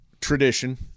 tradition